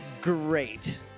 Great